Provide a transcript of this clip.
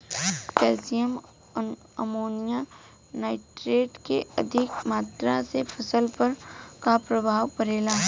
Calcium ammonium nitrate के अधिक मात्रा से फसल पर का प्रभाव परेला?